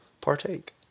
partake